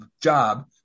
job